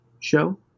show